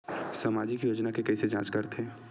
सामाजिक योजना के कइसे जांच करथे?